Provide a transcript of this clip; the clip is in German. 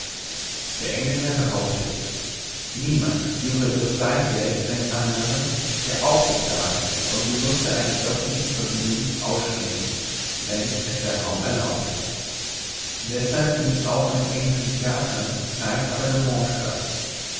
der engländer behauptet niemand dürfe durch sein geld einen anderen der auch bezahlt vom genusse eines öffentlichen vergnügens ausschließen wenn es der raum erlaubt deshalb findet auch in den englischen theatern kein abonnement statt